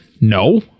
No